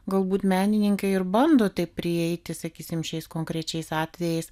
galbūt menininkai ir bando taip prieiti sakysim šiais konkrečiais atvejais